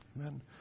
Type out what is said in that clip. Amen